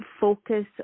focus